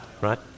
right